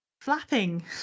Flapping